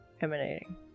emanating